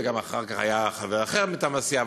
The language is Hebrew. וגם אחר כך היה חבר אחר מטעם הסיעה,